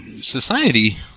society